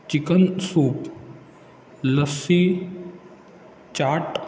chicken soup lassi chaat